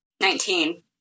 Nineteen